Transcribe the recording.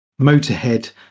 Motorhead